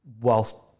whilst